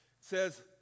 says